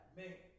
man